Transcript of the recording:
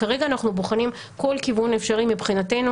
כרגע אנחנו בוחנים כל כיוון אפשרי מבחינתנו